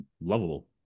lovable